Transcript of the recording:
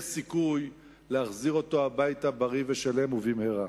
יש סיכוי להחזיר אותו הביתה בריא ושלם ובמהרה.